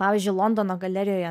pavyzdžiui londono galerijoje